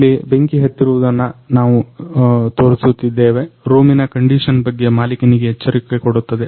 ಇಲ್ಲಿ ಬೆಂಕಿ ಹತ್ತಿರುವುದನ್ನ ತೋರಿಸುತ್ತಿದ್ದೇವೆ ರೂಮಿನ ಕಂಡಿಷನ್ ಬಗ್ಗೆ ಮಾಲಿಕನಿಗೆ ಎಚ್ಚರಿಕೆ ಕೊಡುತ್ತದೆ